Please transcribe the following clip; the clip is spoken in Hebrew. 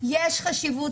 יש חשיבות,